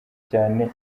cyane